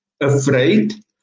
afraid